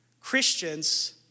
Christians